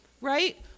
Right